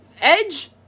Edge